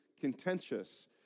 contentious